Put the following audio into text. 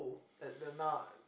at the now